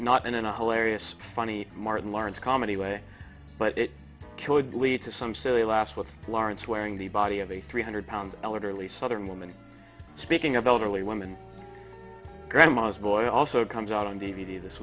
not in a hilarious funny martin lawrence comedy way but it killed lead to some silly last with lawrence wearing the body of a three hundred pound ellard early southern woman speaking of elderly women grandmas boy also comes out on d v d this